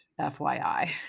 FYI